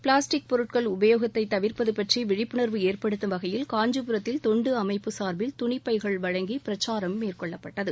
plastic பொருட்கள் உபயோகத்தை தவிர்ப்பது பற்றி விழிப்புணர்வு ஏற்படுத்தும் வகையில் காஞ்சிபுரத்தில் தொண்டு அமைப்பு சார்பில் துணிப் பைகள் வழங்கி பிரச்சாரம் மேற்கொள்ளப்பட்டது